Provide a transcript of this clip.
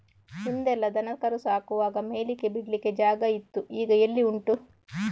ಹಿಂದೆಲ್ಲ ದನ ಕರು ಸಾಕುವಾಗ ಮೇಯ್ಲಿಕ್ಕೆ ಬಿಡ್ಲಿಕ್ಕೆ ಜಾಗ ಇತ್ತು ಈಗ ಎಲ್ಲಿ ಉಂಟು